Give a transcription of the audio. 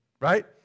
right